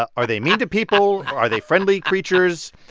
are are they mean to people? are they friendly creatures?